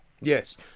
Yes